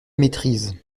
maîtrise